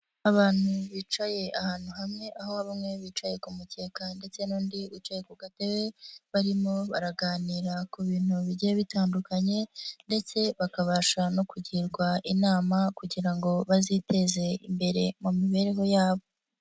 Abantu bicaye ahantu hamwe aho hari umwe wicaye ku mukeka ndetse n'undi wicaye ku gatebe, barimo baraganira ku bintu bigiye bitandukanye, ndetse bakabasha no kugirwa inama kugira ngo baziteze imbere mu mibereho yabo.